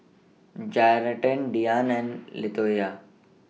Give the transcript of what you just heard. Jarett Diann and Latoyia